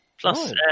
Plus